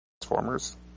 Transformers